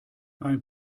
ein